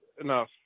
enough